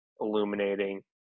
illuminating